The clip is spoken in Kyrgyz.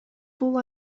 бул